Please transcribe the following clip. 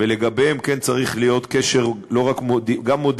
ולגביהם כן צריך להיות קשר גם מודיעיני